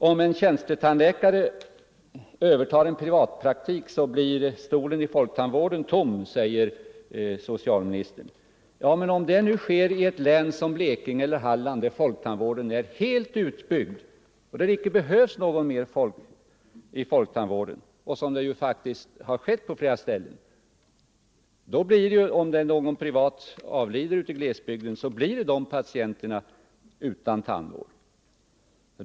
Om en tjänstetandläkare övertar en privatpraktik blir stolen hos folktandvården tom, sade socialministern. Men om det sker i län, där folktandvården är helt utbyggd, som t.ex. i Blekinge eller Hallands län, och det där icke behövs någon mer hos folktandvården, spelar det ingen 45 roll. Om däremot någon privattandläkare avlider ute i glesbygden blir de patienterna utan tandvård.